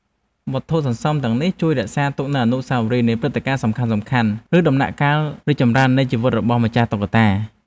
វត្ថុសន្សំទាំងនេះជួយរក្សាទុកនូវអនុស្សាវរីយ៍នៃព្រឹត្តិការណ៍សំខាន់ៗ ឬដំណាក់កាលរីកចម្រើននៃជីវិតរបស់ម្ចាស់តុក្កតា។